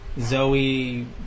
Zoe